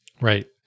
Right